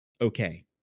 okay